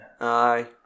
Aye